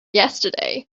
yesterday